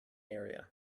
area